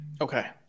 Okay